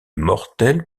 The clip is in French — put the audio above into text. mortel